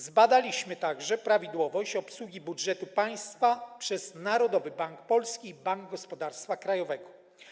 Zbadaliśmy także prawidłowość obsługi budżetu państwa przez Narodowy Bank Polski i Bank Gospodarstwa Krajowego.